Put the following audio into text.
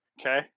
Okay